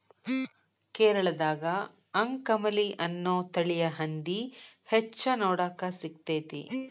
ಕೇರಳದಾಗ ಅಂಕಮಲಿ ಅನ್ನೋ ತಳಿಯ ಹಂದಿ ಹೆಚ್ಚ ನೋಡಾಕ ಸಿಗ್ತೇತಿ